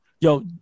Yo